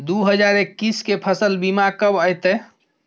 दु हजार एक्कीस के फसल बीमा कब अयतै?